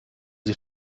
sich